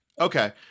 okay